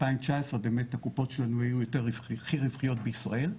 2019 הקופות שלנו היו הכי רווחיות בישראל.